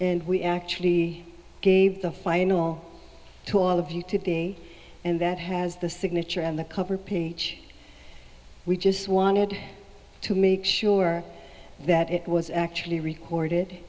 and we actually gave the final to all of you to be and that has the signature on the cover ph we just wanted to make sure that it was actually recorded